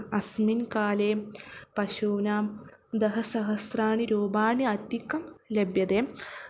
अस्मिन् काले पशूनां दशसहस्राणि रूप्यकाणि अधिकं लभ्यते